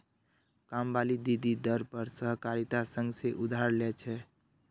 कामवाली दीदी दर पर सहकारिता संघ से उधार ले छे